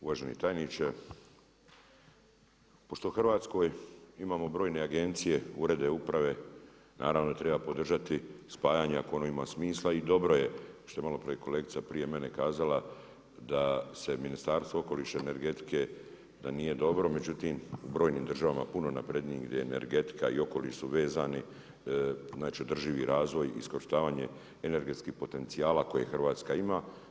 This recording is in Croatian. Uvaženi tajniče, pošto u Hrvatskoj imamo brojne agencije, urede, uprave, naravno da treba podržati spajanje ako ono ima smisla i dobro je što je maloprije kolegica prije mene kazala, da se Ministarstvo okoliša, energetike da nije dobro, međutim u brojnim državama puno naprednija je energetika i okoliš su vezani, znači održivi razvoj i iskorištavanje energetskih potencijala koje Hrvatska ima.